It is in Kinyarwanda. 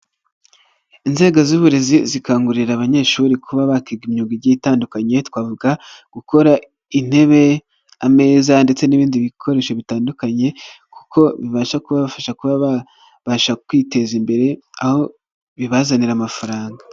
Inzego z'uburezi zikangurira abanyeshuri kuba batega imyuga itandukanye, twavuga gukora intebe, ameza ndetse n'ibindi bikoresho bitandukanye, kuko bibasha kubafasha kuba babasha kwiteza imbere aho bibazanira amafaranga.